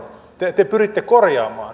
te pyritte korjaamaan